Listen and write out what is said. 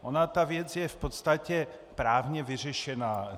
Ona ta věc je v podstatě právně vyřešená.